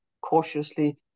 cautiously